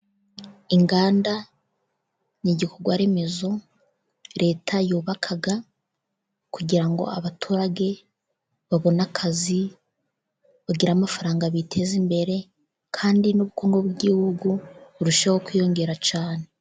Inganda n' igikorwaremezo leta yubaka kugira ngo abaturage babone akazi bagire amafaranga biteze imbere kandi n'ubukungu bw'igihugu burusheho kwiyongera cyane.